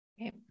Okay